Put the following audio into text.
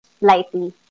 lightly